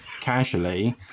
casually